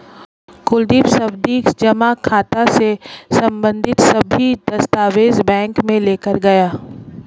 कुलदीप सावधि जमा खाता से संबंधित सभी दस्तावेज बैंक में लेकर गया